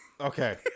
Okay